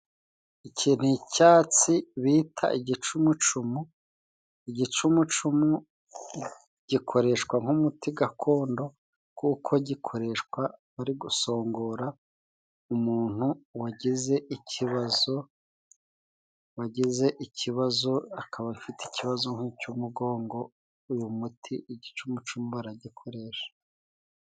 Iki ni icyatsi bita igicumucumu. Igicumucumu gikoreshwa nk'umuti gakondo kuko gikoreshwa bari gusongora umuntu wagize ikibazo, wagize ikibazo akaba afite ikibazo nk'icy'umugongo. Uyu muti igicumucumu baragikoresha.